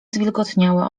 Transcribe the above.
zwilgotniałe